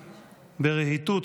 ברהיטות,